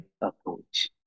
approach